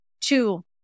two